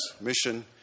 mission